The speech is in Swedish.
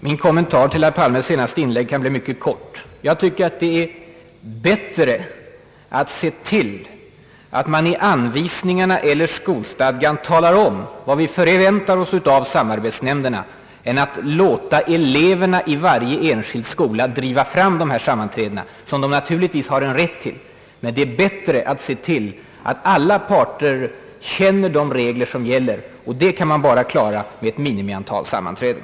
Min kommentar till herr Palmes senaste inlägg kan bli mycket kort. Jag tycker att det är bättre att se till att man i anvisningarna eller skolstadgan talar om vad vi förväntar oss av samarbetsnämnderna än att låta eleverna i varje enskild skola driva fram dessa sammanträden, Jag anser det som sagt bättre att se till att alla parter känner de regler som gäller. Det kan man klara bäst med en bestämmelse om ett minimiantal sammanträden.